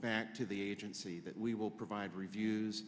back to the agency that we will provide reviews